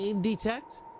detect